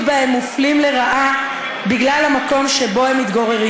שבה הם מופלים לרעה בגלל המקום שבו הם מתגוררים.